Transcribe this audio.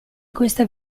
questa